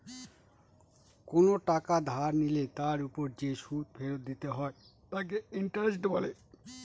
কোন টাকা ধার নিলে তার ওপর যে সুদ ফেরত দিতে হয় তাকে ইন্টারেস্ট বলে